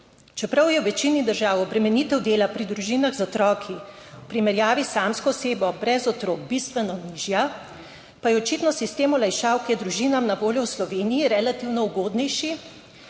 Čeprav je v večini držav obremenitev dela pri družinah z otroki v primerjavi s samsko osebo brez otrok bistveno nižja, pa je očitno sistem olajšav, ki je družinam na voljo v Sloveniji, relativno ugodnejši,